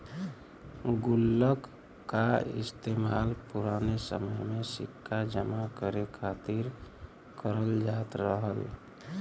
गुल्लक का इस्तेमाल पुराने समय में सिक्का जमा करे खातिर करल जात रहल